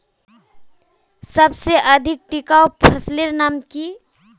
सबसे अधिक टिकाऊ फसलेर नाम की?